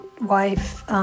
wife